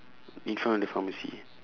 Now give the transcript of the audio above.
in front of the pharmacy